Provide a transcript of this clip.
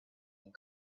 and